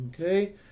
Okay